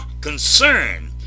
concern